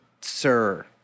sir